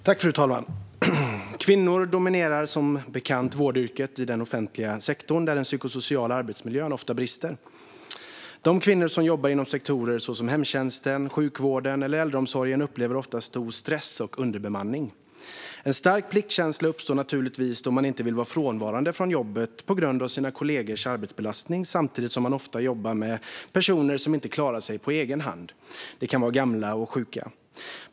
Fru talman! Kvinnor dominerar som bekant vårdyrket i den offentliga sektorn, där den psykosociala arbetsmiljön ofta brister. De kvinnor som jobbar inom sektorer såsom hemtjänsten, sjukvården eller äldreomsorgen upplever ofta stor stress och underbemanning. En stark pliktkänsla uppstår naturligtvis då man inte vill vara frånvarande från jobbet på grund av sina kollegors arbetsbelastning, samtidigt som man ofta jobbar med personer som inte klarar sig på egen hand; det kan vara gamla och sjuka.